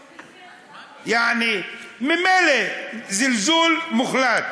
יעני, ממילא, זלזול מוחלט.